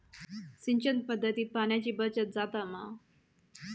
सिंचन पध्दतीत पाणयाची बचत जाता मा?